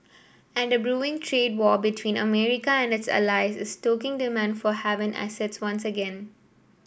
and a brewing trade war between America and its allies is stoking demand for haven assets once again